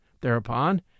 Thereupon